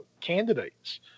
candidates